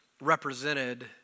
represented